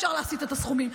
אפשר להסיט את הסכומים.